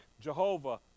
Jehovah